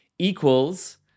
equals